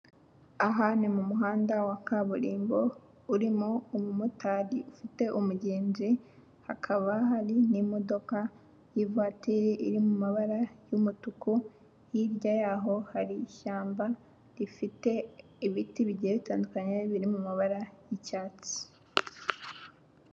Aha ni mu muhanda wa kaburimbo urimo umumotari ufite umugenzi, hakaba hari n'imodoka y'ivatiri iri mu mabara y'umutuku, hirya yaho hari ishyamba rifite ibiti bigiye bitandukanye biri mu mabara y'icyatsi.